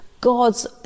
God's